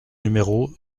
numéro